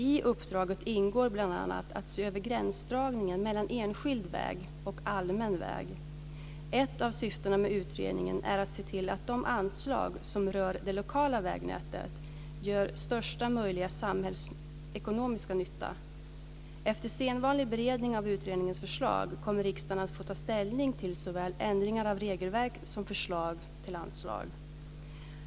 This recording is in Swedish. I uppdraget ingår bl.a. att se över gränsdragningen mellan enskild väg och allmän väg. Ett av syftena med utredningen är att se till att de anslag som rör det lokala vägnätet gör största möjliga samhällsekonomiska nytta. Efter sedvanlig beredning av utredningens förslag kommer riksdagen att få ta ställning till såväl ändringar av regelverk som förslag till anslag.